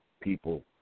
people